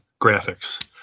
graphics